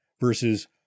Versus